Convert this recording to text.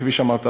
כפי שאמרת.